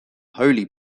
holy